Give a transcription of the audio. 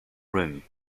room